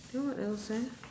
then what else eh